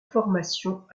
formations